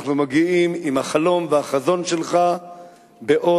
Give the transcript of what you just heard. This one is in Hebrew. אנחנו מגיעים עם החלום והחזון שלך בעוד